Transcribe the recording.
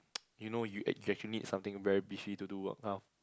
you know you ac~ actually need something very beefy to do work now